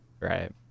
Right